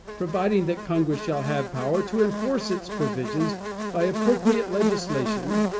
providing that congress shall have power to enforce its provisions by appropriate legislation,